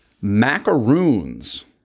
macaroons